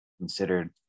considered